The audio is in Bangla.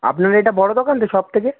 আপনাদের এটা বড়ো দোকান তো সব থেকে